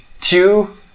two